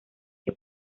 que